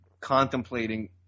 contemplating